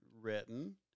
written